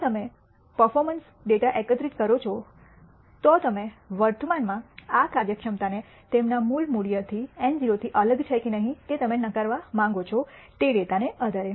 જો તમે પર પર્ફૉર્મન્સ ડેટા એકત્રિત કરો છો તો તમે વર્તમાનમાં આ કાર્યક્ષમતા તેના મૂળ મૂલ્યથી η₀ અલગ છે કે નહીં તે તમે નકારવા માંગો છો તે ડેટાના આધારે